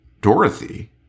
Dorothy